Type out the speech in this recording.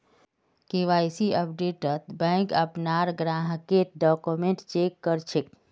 KYC अपडेटत bank अपनार ग्राहकेर डॉक्यूमेंट चेक कर छेक